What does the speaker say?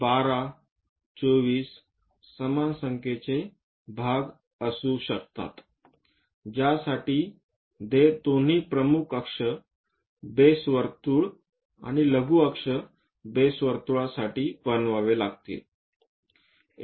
हे 12 24 समान संख्येचे भाग असू शकते ज्यासाठी ते दोन्ही प्रमुख अक्ष बेस वर्तुळ आणि लघु अक्ष बेस वर्तुळसाठी बनवावे लागतात